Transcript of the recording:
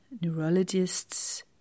neurologists